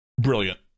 Brilliant